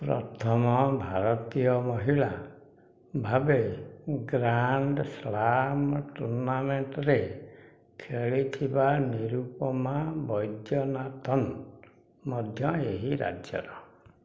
ପ୍ରଥମ ଭାରତୀୟ ମହିଳା ଭାବେ ଗ୍ରାଣ୍ଡ ସ୍ଲାମ ଟୁର୍ଣ୍ଣାମେଣ୍ଟରେ ଖେଳିଥିବା ନିରୁପମା ବୈଦ୍ୟନାଥନ ମଧ୍ୟ ଏହି ରାଜ୍ୟର